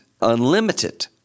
unlimited